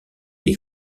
des